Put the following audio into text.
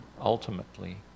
ultimately